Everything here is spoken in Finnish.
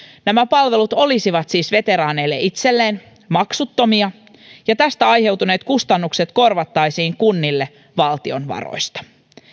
nämä palvelut olisivat siis veteraaneille itselleen maksuttomia ja tästä aiheutuneet kustannukset korvattaisiin kunnille valtion varoista